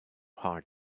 hard